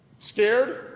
scared